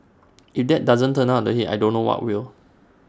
if that doesn't turn up the heat I don't know what will